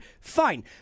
fine